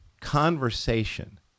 conversation